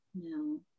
no